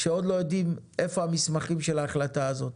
שעוד לא יודעים איפה המסמכים של ההחלטה הזאת.